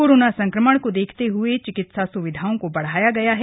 corona संक्रमण को देखते हुए चिकित्सा स्विधाओं को बढ़ाया गया है